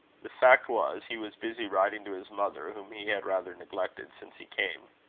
the fact was, he was busy writing to his mother, whom he had rather neglected since he came.